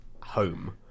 home